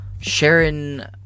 Sharon